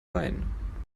wein